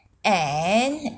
and